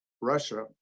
Russia